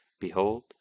Behold